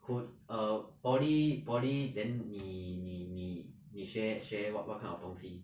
code err poly poly then 你你你你学学 what what kind of 东西